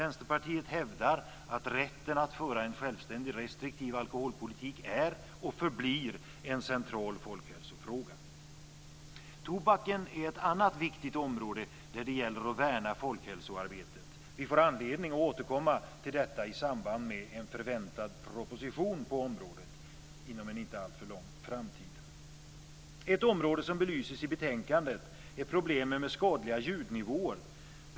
Vänsterpartiet hävdar att rätten att föra en självständig restriktiv alkoholpolitik är och förblir en central folkhälsofråga. Tobaken är ett annat viktigt område där det gäller att värna folkhälsoarbetet. Ett område som belyses i betänkandet är problemen med skadliga ljudnivåer.